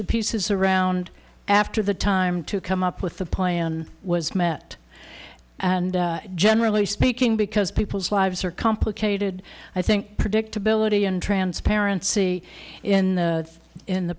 the pieces around after the time to come up with the plan was met and generally speaking because people's lives are complicated i think predictability and transparency in the in the